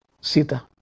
Sita